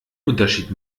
unterschied